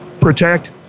protect